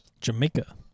Jamaica